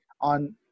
on